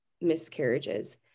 miscarriages